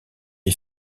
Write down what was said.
est